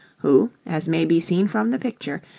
who, as may be seen from the picture,